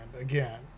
again